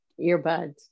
earbuds